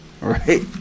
Right